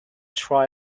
try